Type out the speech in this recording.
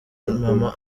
mama